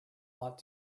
ought